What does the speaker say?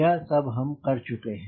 यह सब हम कर चुके हैं